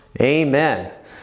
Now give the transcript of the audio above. amen